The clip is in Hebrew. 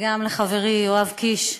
וגם לחברי יואב קיש,